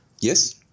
Yes